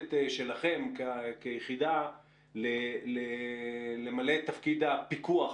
ביכולת שלכם כיחידה למלא את תפקיד הפיקוח